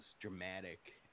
dramatic